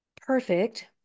perfect